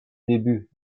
débuts